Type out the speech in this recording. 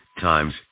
times